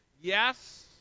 Yes